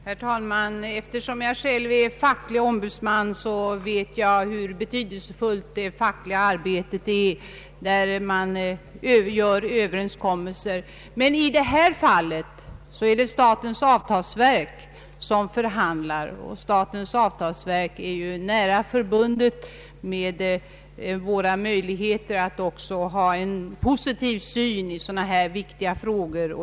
Herr talman! Eftersom jag själv är facklig ombudsman vet jag hur betydelsefullt det fackliga arbetet är när man träffar överenskommelser. Men i detta fall är det statens avtalsverk som förhandlar.